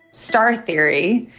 star theory,